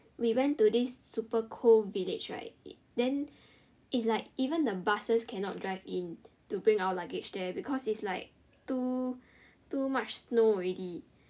we went to this super cold village right then it's like even the buses cannot drive in to bring our luggage there because it's like too too much snow already